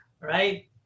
right